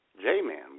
J-Man